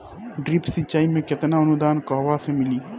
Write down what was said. Drip सिंचाई मे केतना अनुदान कहवा से मिली?